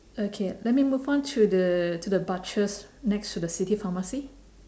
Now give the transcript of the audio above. okay let me move on to the to the butchers next to the city pharmacy